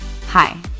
Hi